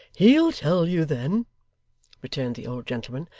he'll tell you then returned the old gentleman,